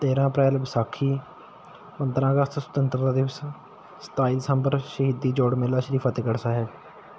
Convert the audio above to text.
ਤੇਰਾਂ ਅਪ੍ਰੈਲ ਵਿਸਾਖੀ ਪੰਦਰਾਂ ਅਗਸਤ ਸੁਤੰਤਰਤਾ ਦਿਵਸ ਸਤਾਈ ਦਸੰਬਰ ਸ਼ਹੀਦੀ ਜੋੜ ਮੇਲਾ ਸ਼੍ਰੀ ਫਤਿਹਗੜ੍ਹ ਸਾਹਿਬ